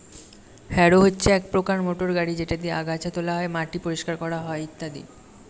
harrow হচ্ছে এক প্রকার মোটর গাড়ি যেটা দিয়ে আগাছা তোলা হয়, মাটি পরিষ্কার করা হয় ইত্যাদি